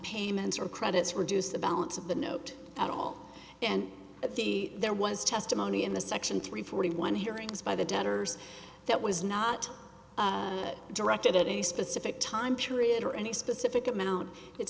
payments or credits reduced the balance of the note at all and at the there was testimony in the section three forty one hearings by the debtors that was not directed at a specific time period or any specific amount it